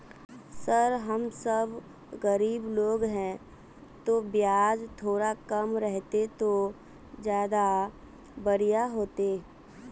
sir हम सब गरीब लोग है तो बियाज थोड़ा कम रहते तो ज्यदा बढ़िया होते